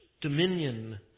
dominion